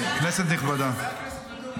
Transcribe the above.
כנסת נכבדה --- חבר הכנסת ואטורי,